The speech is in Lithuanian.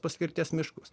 paskirties miškus